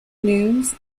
news